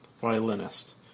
violinist